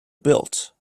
built